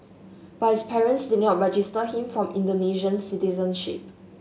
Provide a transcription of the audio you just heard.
but his parents did not register him for Indonesian citizenship